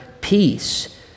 peace